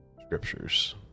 scriptures